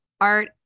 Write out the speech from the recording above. art